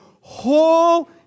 whole